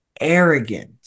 arrogant